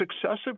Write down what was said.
successive